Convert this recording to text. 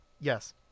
Yes